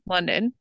London